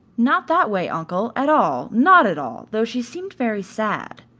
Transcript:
not that way, uncle, at all, not at all, though she seemed very sad.